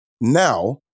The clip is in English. Now